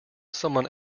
someone